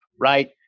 right